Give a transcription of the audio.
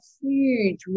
huge